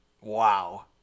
Wow